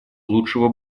лучшего